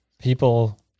People